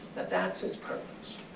that that's its purpose.